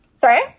Sorry